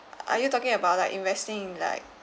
are you talking about like investing in like